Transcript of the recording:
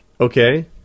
Okay